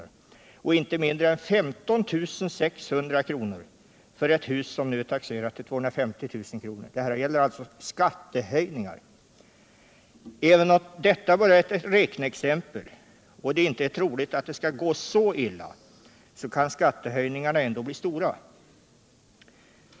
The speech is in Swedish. och inte mindre än 15 600 kr. för ett hus som nu är taxerat till 250 000 kr. Även om detta bara är ett räkneexempel och det inte är troligt att det skall gå så illa kan skattehöjningarna ändå bli stora.